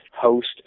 host